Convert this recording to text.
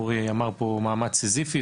אורי אמר פה מאמץ סיזיפי,